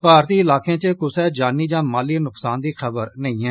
भारतीय इलाकें च कुसै जानी जां माली नुक्सान दी खबर नेई ऐ